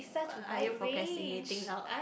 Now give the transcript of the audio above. what are you procrastinating now